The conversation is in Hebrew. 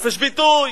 חופש ביטוי.